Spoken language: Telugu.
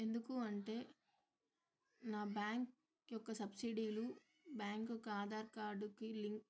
ఎందుకూ అంటే నా బ్యాంక్ యొక్క సబ్సిడీలు బ్యాంక్కి ఒక ఆధార్ కార్డుకి లింక్